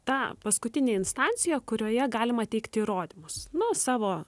ta paskutinė instancija kurioje galima teikti įrodymus nu savo